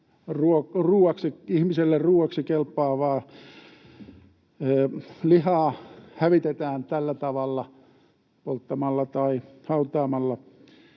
ihmiselle ruoaksi kelpaavaa lihaa hävitetään tällä tavalla polttamalla tai hautaamalla.